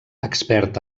expert